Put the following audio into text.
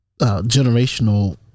generational